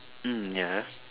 mm ya